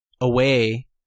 away